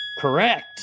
Correct